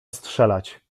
strzelać